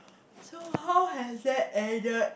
so how has that added